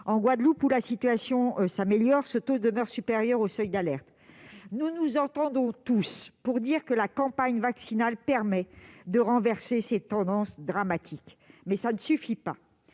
En Guadeloupe, où la situation s'améliore, ce taux demeure supérieur au seuil d'alerte. Nous nous entendons tous pour dire que la campagne vaccinale permet de renverser ces tendances dramatiques. Mais cela ne suffit pas.